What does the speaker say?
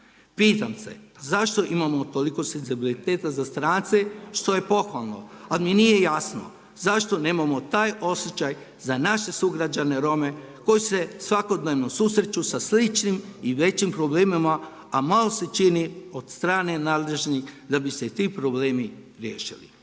Pitam se zašto imamo toliko senzibiliteta za strance što je pohvalno. Ali mi nije jasno zašto nemamo taj osjećaj za naše sugrađane Rome koji se svakodnevno susreću sa sličnim i većim problemima a malo se čini od strane nadležnih da bi se ti problemi riješili.